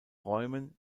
räumen